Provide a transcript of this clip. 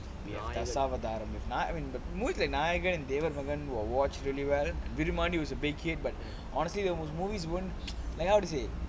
dasavatharam like david morgan who I watch really well virumaandi was a big hit but honestly those movies won't like how to say